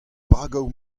bragoù